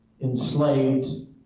enslaved